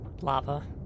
lava